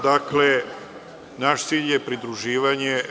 Dakle, naš cilj je pridruživanje EU.